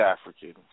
African